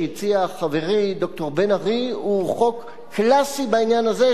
שהציע חברי ד"ר בן-ארי הוא חוק קלאסי בעניין הזה,